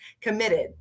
committed